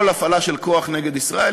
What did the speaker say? כל הפעלה של כוח נגד ישראל,